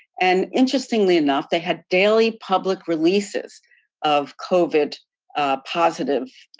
and, interestingly enough, they had daily public releases of covid positive